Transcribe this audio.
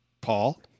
Paul